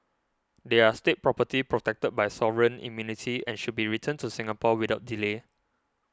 they are State property protected by sovereign immunity and should be returned to Singapore without delay